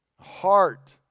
heart